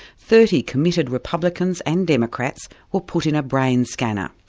thirty committed republicans and democrats were put in a brain scanner.